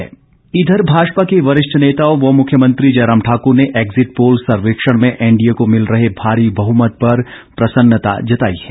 मुख्यमंत्री इंधर भाजपा के वरिष्ठ नेता व मुख्यमंत्री जयराम ठाक्र ने एग्जिट पोल सर्वेक्षण में एनडीए को मिल रहे भारी बहुमत पर प्रसन्नता जताई है